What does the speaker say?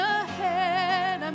ahead